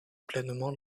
pleinement